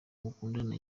mukundana